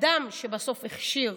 אדם שבסוף הכשיר